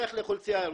לך לאוכלוסייה הרוסית,